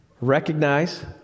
Recognize